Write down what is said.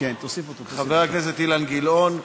חבר הכנסת אילן גילאון,